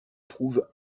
trouve